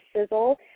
Sizzle